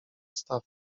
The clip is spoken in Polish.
staw